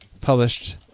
published